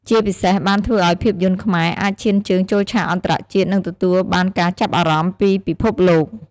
ជាពិសេសបានធ្វើឱ្យភាពយន្តខ្មែរអាចឈានជើងចូលឆាកអន្តរជាតិ និងទទួលបានការចាប់អារម្មណ៍ពីពិភពលោក។